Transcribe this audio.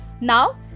Now